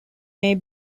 may